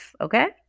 Okay